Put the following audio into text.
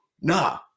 Nah